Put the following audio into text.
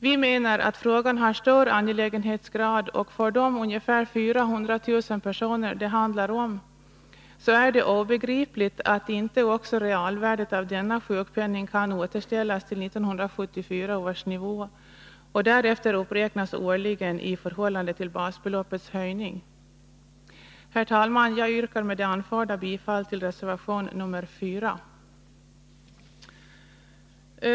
Vi menar att frågan har stor angelägenhetsgrad, och för de ungefär 400 000 personer det handlar om är det obegripligt att inte också realvärdet av denna sjukpenning kan återställas till 1974 års nivå och därefter uppräknas årligen i förhållande till basbeloppets höjning. Herr talman! Jag yrkar med det anförda bifall till reservation 4.